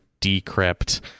decrypt